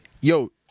yo